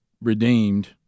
redeemed